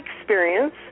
experience